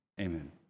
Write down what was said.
amen